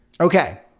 Okay